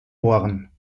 ohren